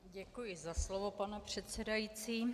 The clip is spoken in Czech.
Děkuji za slovo, pane předsedající.